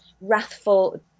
wrathful